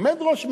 עומד ראש ממשלה,